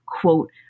quote